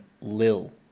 lil